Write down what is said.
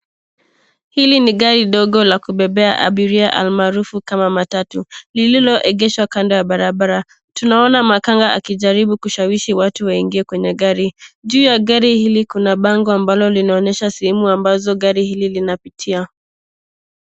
Hili ni gari ndogo la kubebea abiria almaarufu kama matatu lililoegeshwa kando ya barabara. Tunaona makanga akijaribu kushawishi watu waingie kwenye gari. Juu ya gari hili kuna bango ambalo linaonyesha sehemu ambazo gari hili linapitia.